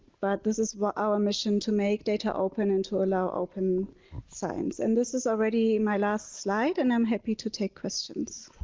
but this is what our mission to make data open and to allow open science and this is already my last slide and i'm happy to take questions